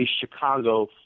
Chicago